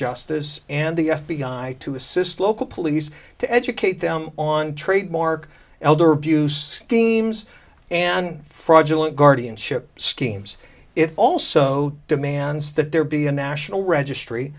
justice and the f b i to assist local police to educate them on trademark elder abuse teams and fraudulent guardianship schemes it also demands that there be a national registry